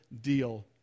deal